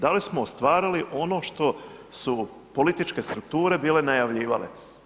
Da li smo mi ostvarili ono što su političke strukture bile najavljivale?